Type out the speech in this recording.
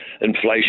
inflation